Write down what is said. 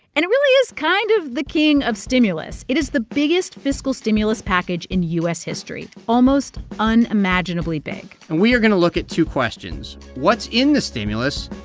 and it really is kind of the king of stimulus. it is the biggest fiscal stimulus package in u s. history almost unimaginably big and we are going to look at two questions. what's in the stimulus?